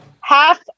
half